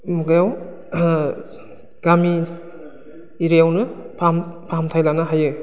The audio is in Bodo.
मुगायाव गामि एरियायावनो फाहाम फाहामथाय लानो हायो